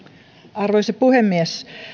arvoisa puhemies